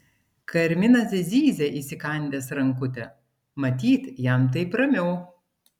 karminas zyzia įsikandęs rankutę matyt jam taip ramiau